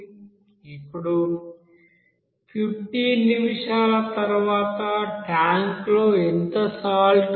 ఇప్పుడు 15 నిమిషాల తర్వాత ట్యాంక్లో ఎంత సాల్ట్ ఉంటుంది